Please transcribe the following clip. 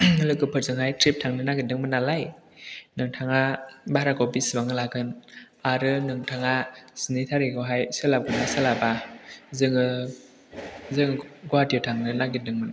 लोगोफोरजोंहाय ट्रिप थांनो नागिरदोंमोन नालाय नोंथाङा भाराखौ बेसेबां लागोन आरो नोंथाङा स्नि थारिगावहाय सोलाबगोन ना सोलाबा जोङो जों गुवाहाटियाव थांनो नागिरदोंमोन